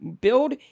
Build